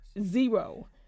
Zero